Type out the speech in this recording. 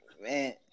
man